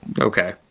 Okay